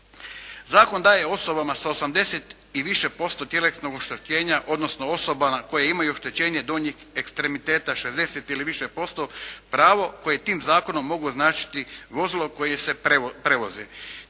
Zakon daje osobama sa 80 i više posto tjelesnog oštećenja odnosno osoba koje imaju oštećenje donjeg ekstremiteta 60 ili više posto pravo koje tim zakonom mogu označiti vozilo kojem se prevoze.